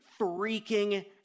freaking